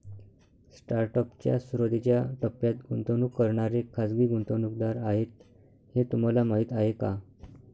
Startup च्या सुरुवातीच्या टप्प्यात गुंतवणूक करणारे खाजगी गुंतवणूकदार आहेत हे तुम्हाला माहीत आहे का?